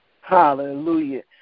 Hallelujah